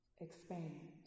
expand